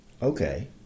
Okay